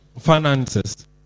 finances